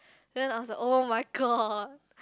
then I was like oh-my-god